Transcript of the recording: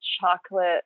chocolate